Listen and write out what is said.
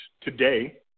today